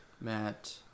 Matt